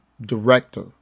director